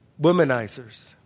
womanizers